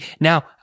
Now